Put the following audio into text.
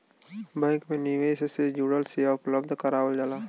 bank में निवेश से जुड़ल सेवा उपलब्ध करावल जाला